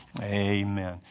Amen